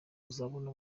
uzabona